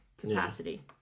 capacity